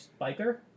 biker